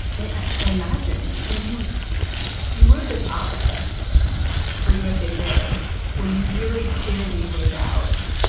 i mean, i imagine and you you wrote this op ed for usa today where you really clearly laid out,